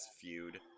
feud